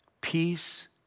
peace